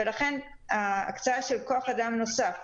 לכן הקצאה של כוח אדם נוסף,